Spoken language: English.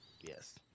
Yes